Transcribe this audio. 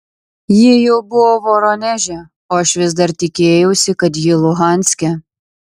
ji jau buvo voroneže o aš vis dar tikėjausi kad ji luhanske